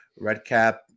Redcap